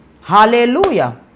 Hallelujah